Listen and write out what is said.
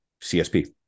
CSP